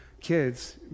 kids